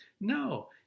No